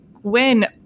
Gwen